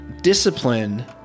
discipline